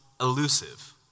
elusive